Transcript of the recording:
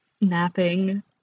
Napping